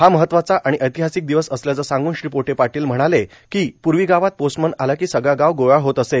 हा महत्वाचा आणि ऐतिहासिक दिवस असल्याचे सांगून श्री पोटे पाटील म्हणाले की पूर्वी गावात पोस्टमन आला की सगळा गाव गोळा होत असे